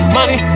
Money